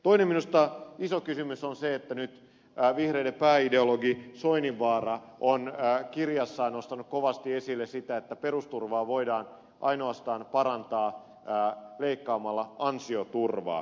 toinen iso kysymys minusta on se että nyt vihreiden pääideologi soininvaara on kirjassaan nostanut kovasti esille sitä että perusturvaa voidaan parantaa ainoastaan leikkaamalla ansioturvaa